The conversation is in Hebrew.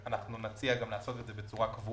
ואנחנו נציע לעשות את זה בצורה קבועה.